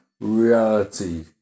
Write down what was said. Reality